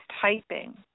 typing